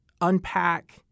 unpack